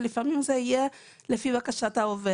ולפעמים זה יהיה לפי בקשת העובד.